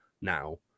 now